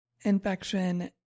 infection